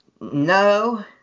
No